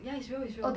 ya it's real it's real